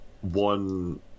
one